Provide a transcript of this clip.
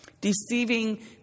Deceiving